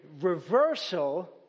reversal